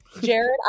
Jared